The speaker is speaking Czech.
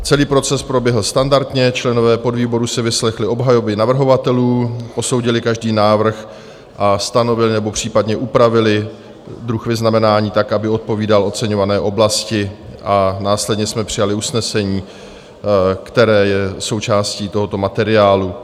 Celý proces proběhl standardně, členové podvýboru si vyslechli obhajoby navrhovatelů, posoudili každý návrh a stanovili nebo případně upravili druh vyznamenání tak, aby odpovídal oceňované oblasti, a následně jsme přijali usnesení, které je součástí tohoto materiálu.